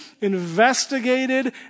investigated